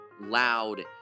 loud